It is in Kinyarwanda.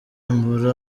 mbura